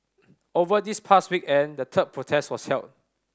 over this past weekend the third protest was held